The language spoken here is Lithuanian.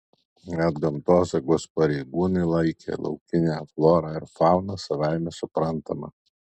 net gamtosaugos pareigūnai laikė laukinę florą ir fauną savaime suprantama